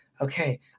okay